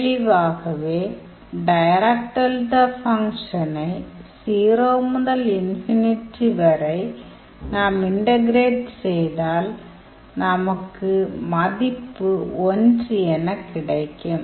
தெளிவாகவே Dirac delta ஃபங்க்ஷனை 0 முதல் ∞ வரை நாம் இன்டகிரேட் செய்தால் நமக்கு மதிப்பு 1 எனக் கிடைக்கும்